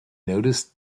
noticed